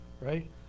Right